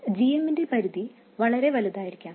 g m ന്റെ പരിധി വളരെ വലുതായിരിക്കാം